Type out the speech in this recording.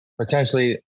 potentially